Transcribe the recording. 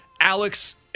Alex